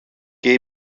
και